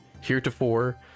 heretofore